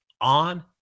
on